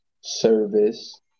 service